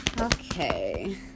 Okay